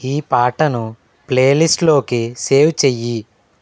ఈ పాటను ప్లే లిస్టులోకి సేవ్ చెయ్యి